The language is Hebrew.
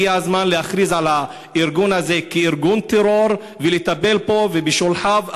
הגיע הזמן להכריז על הארגון הזה כארגון טרור ולטפל בו ובשולחיו,